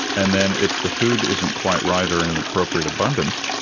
and then if the food isn't quite right or and in appropriate abundance,